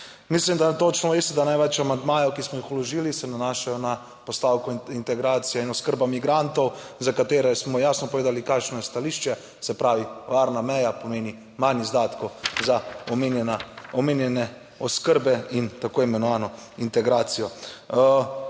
Mislim, da točno veste, da največ amandmajev, ki smo jih vložili, se nanašajo na postavko integracija in oskrba migrantov, za katere smo jasno povedali, kakšno je stališče, se pravi, varna meja pomeni manj izdatkov za omenjene, omenjene oskrbe in tako imenovano integracijo.